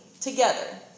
together